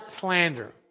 slander